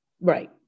right